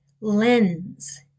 lens